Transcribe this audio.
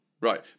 Right